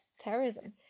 terrorism